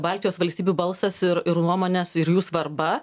baltijos valstybių balsas ir ir nuomonės ir jų svarba